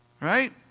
Right